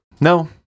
No